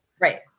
Right